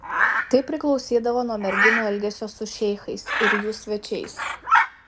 tai priklausydavo nuo merginų elgesio su šeichais ir jų svečiais